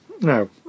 no